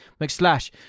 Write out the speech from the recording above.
McSlash